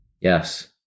Yes